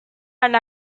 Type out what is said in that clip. and